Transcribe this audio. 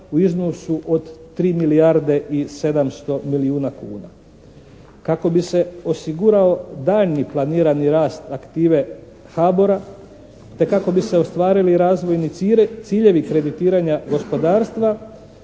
u iznosu od 3 milijarde i 700 milijuna kuna.